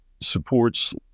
supports